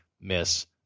miss